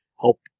help